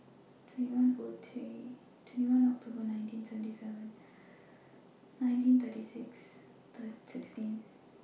twenty First October nineteen seventy seven nineteen thirty six sixteen